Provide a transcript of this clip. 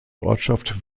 ortschaft